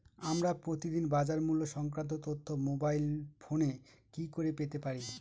আমরা প্রতিদিন বাজার মূল্য সংক্রান্ত তথ্য মোবাইল ফোনে কি করে পেতে পারি?